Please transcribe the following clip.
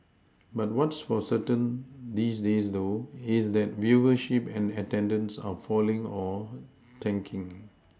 but what's for certain these days though is that viewership and attendance are falling or tanking